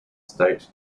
state